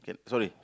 can sorry